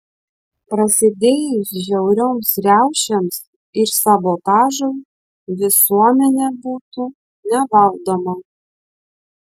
prasidėjus žiaurioms riaušėms ir sabotažui visuomenė būtų nevaldoma